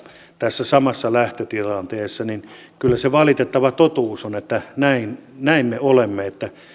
tässä samassa lähtötilanteessa valitettava totuus on näin näin me olemme